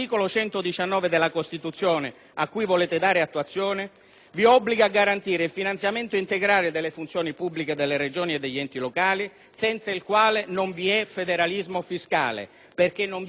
vi obbliga a garantire il finanziamento integrale delle funzioni pubbliche delle Regioni e degli enti locali, senza il quale non vi è federalismo fiscale perché non vi è certezza dell'autonomia di entrata e dell'autonomia di spesa.